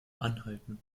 anhalten